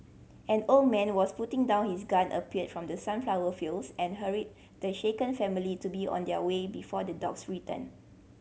an old man was putting down his gun appeared from the sunflower fields and hurried the shaken family to be on their way before the dogs return